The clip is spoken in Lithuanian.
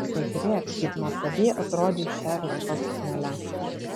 pažiūrėk kaip nuostabiai atrodei šia rusva suknele